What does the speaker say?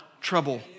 trouble